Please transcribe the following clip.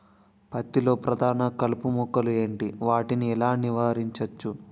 పత్తి లో ప్రధాన కలుపు మొక్కలు ఎంటి? వాటిని ఎలా నీవారించచ్చు?